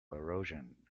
erosion